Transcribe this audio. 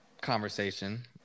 conversation